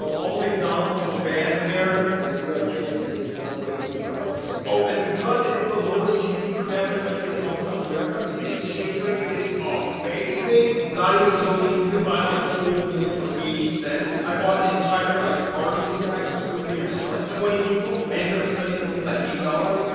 all the mcdonald's were banned there although they do have kfc and subway and starbucks oh and because it is the lowest gdp per capita country in all of south america. the exchange rate is amazing not even joking. you can buy like a whole meal for eighty cents i bought an entire like army sack of souvenirs for like twenty people. i ended up spending only like eighty dollars yeah